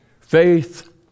Faith